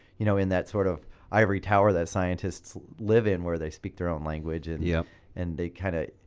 you know in that sort of ivory tower that scientists live in where they speak their own language and yeah and they kind of.